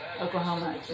Oklahoma